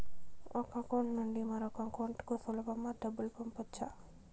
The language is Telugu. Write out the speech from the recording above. ఒక అకౌంట్ నుండి మరొక అకౌంట్ కు సులభమా డబ్బులు పంపొచ్చా